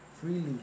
freely